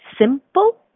simple